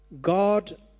God